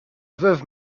veuve